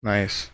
Nice